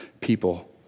people